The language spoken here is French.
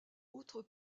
autre